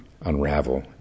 unravel